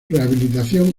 rehabilitación